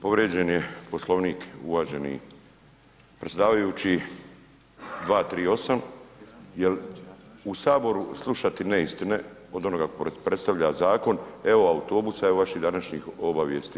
Povrijeđen je Poslovnik, uvaženi predsjedavajući 238. jel u Saboru slušati neistine od onoga tko predstavlja zakon, evo autobusa evo vaših današnjoj obavijesti.